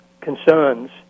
concerns